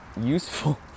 useful